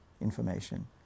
information